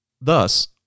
Thus